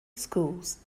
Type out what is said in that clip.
schools